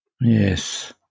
Yes